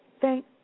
Thank